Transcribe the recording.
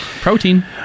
Protein